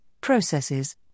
processes